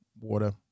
water